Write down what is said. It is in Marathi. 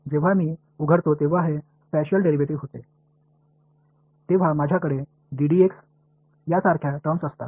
जेव्हा मी उघडतो तेव्हा हे स्प्याशीअल डेरिव्हेटिव्ह होते तेव्हा माझ्याकडे यासारख्या टर्म्स असतात